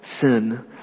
sin